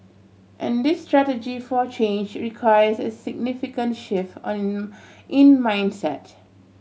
and this strategy for change requires a significant shift on in mindset